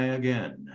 again